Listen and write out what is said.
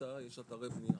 ולמטה יש אתרי בנייה,